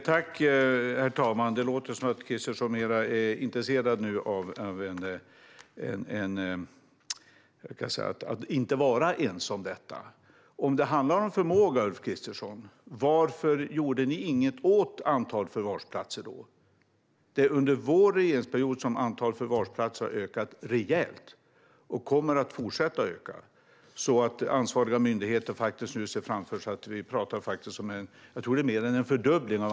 Herr talman! Det låter som att Kristersson nu är mer intresserad av att inte vara ense om detta. Om det handlar om förmåga, Ulf Kristersson, varför gjorde ni då inget åt antalet förvarsplatser? Det är under vår regeringsperiod som antalet förvarsplatser har ökat rejält och kommer att fortsätta öka. Ansvariga myndigheter ser nu framför sig en utökning av antalet förvarsplatser som jag tror är mer än en fördubbling.